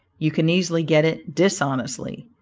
you can easily get it dishonestly.